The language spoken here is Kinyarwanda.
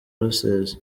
rusizi